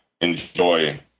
enjoy